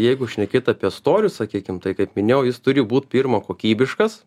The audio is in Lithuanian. jeigu šnekėt apie storius sakykim tai kaip minėjau jis turi būt pirma kokybiškas